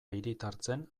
hiritartzen